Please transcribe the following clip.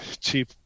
cheap